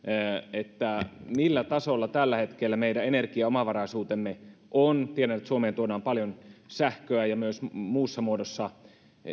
millä tasolla tällä hetkellä meidän energiaomavaraisuutemme on tiedän että suomeen tuodaan paljon sähköä ja myös muussa muodossa